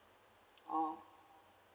oh